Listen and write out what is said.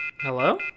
Hello